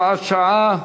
הוראת שעה),